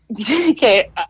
okay